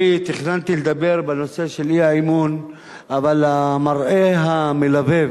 אני תכננתי לדבר בנושא של האי-אמון אבל המראה המלבב